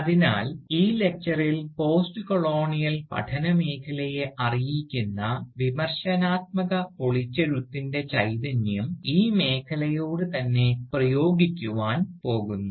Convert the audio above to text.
അതിനാൽ ഈ ലക്ചറിൽ പോസ്റ്റ്കൊളോണിയൽ പഠന മേഖലയെ അറിയിക്കുന്ന വിമർശനാത്മക പൊളിച്ചെഴുത്തിൻറെ ചൈതന്യം ഈ മേഖലയോട് തന്നെ പ്രയോഗിക്കുവാൻ പോകുന്നു